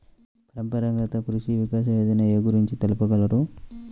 పరంపరాగత్ కృషి వికాస్ యోజన ఏ గురించి తెలుపగలరు?